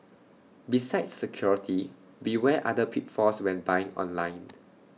besides security beware other pitfalls when buying online